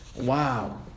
wow